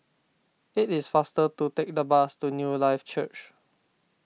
it is faster to take the bus to Newlife Church